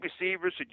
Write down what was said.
receivers